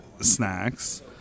Snacks